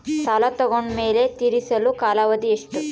ಸಾಲ ತಗೊಂಡು ಮೇಲೆ ತೇರಿಸಲು ಕಾಲಾವಧಿ ಎಷ್ಟು?